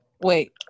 Wait